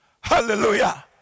hallelujah